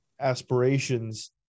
aspirations